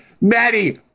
Maddie